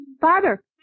father